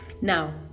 Now